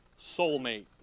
soulmate